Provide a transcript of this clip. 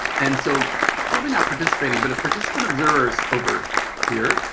and so probably not participating, but a participant observer is over here.